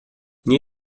nie